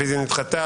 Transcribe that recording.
הרביזיה נדחתה.